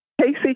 Casey